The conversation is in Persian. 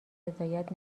رضایت